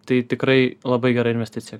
tai tikrai labai gera investicija